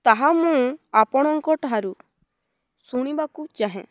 ତାହା ମୁଁ ଆପଣଙ୍କ ଠାରୁ ଶୁଣିବାକୁ ଚାହେଁ